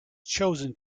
chosen